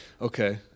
Okay